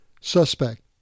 suspect